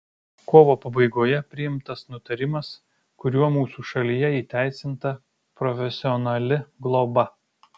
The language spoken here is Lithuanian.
kovo pabaigoje priimtas nutarimas kuriuo mūsų šalyje įteisinta profesionali globa